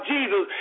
Jesus